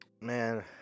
Man